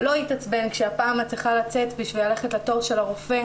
לא יתעצבן כשהפעם את צריכה לצאת בשביל ללכת לתור של הרופא,